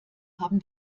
haben